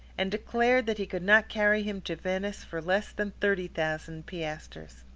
and declared that he could not carry him to venice for less than thirty thousand piastres.